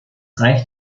reicht